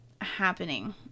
happening